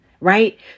right